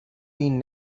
been